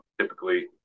typically